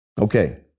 Okay